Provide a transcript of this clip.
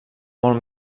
molt